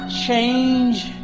change